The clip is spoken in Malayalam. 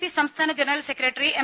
പി സംസ്ഥാന ജനറൽ സെക്രട്ടറി എം